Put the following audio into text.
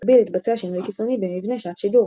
במקביל התבצע שינוי קיצוני במבנה שעת שידור.